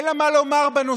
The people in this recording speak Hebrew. אין לה מה לומר בנושא,